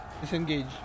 Disengage